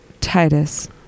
Titus